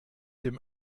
dem